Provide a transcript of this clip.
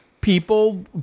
people